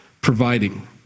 providing